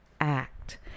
Act